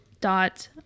Dot